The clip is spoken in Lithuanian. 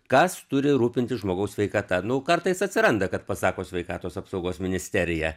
kas turi rūpintis žmogaus sveikata nu kartais atsiranda kad pasako sveikatos apsaugos ministerija